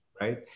right